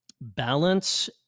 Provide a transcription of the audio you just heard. balance